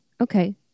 Okay